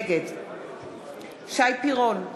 נגד שי פירון,